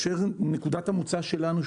נקודת המוצא שלנו,